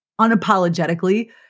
unapologetically